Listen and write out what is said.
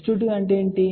S22 అంటే ఏమిటి